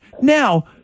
Now